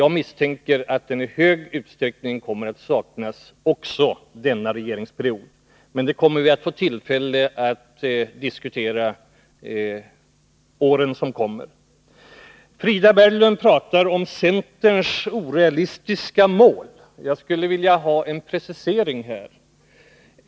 Jag misstänker att det kommer att visa sig att den i hög grad också saknas under nuvarande socialdemokratiska regeringsperiod. Det är något som vi får tillfälle att diskutera åren framöver. Frida Berglund talar om centerns orealistiska mål. Jag skulle vilja att hon preciserade sig.